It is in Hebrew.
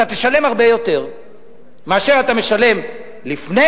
אתה תשלם הרבה יותר מאשר אתה משלם לפני